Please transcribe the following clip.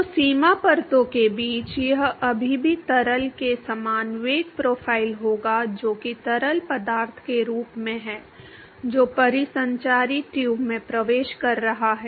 तो सीमा परतों के बीच यह अभी भी तरल के समान वेग प्रोफ़ाइल होगा जो कि तरल पदार्थ के रूप में है जो परिसंचारी ट्यूब में प्रवेश कर रहा है